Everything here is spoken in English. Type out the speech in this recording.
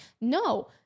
no